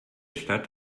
stadt